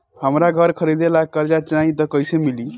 हमरा घर खरीदे ला कर्जा चाही त कैसे मिली?